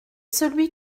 celui